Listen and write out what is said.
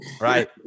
right